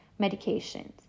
medications